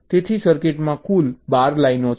તેથી સર્કિટમાં કુલ 12 લાઇનો છે